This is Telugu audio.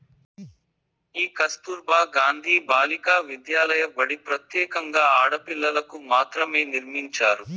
ఈ కస్తుర్బా గాంధీ బాలికా విద్యాలయ బడి ప్రత్యేకంగా ఆడపిల్లలకు మాత్రమే నిర్మించారు